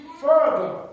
further